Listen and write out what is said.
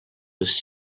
les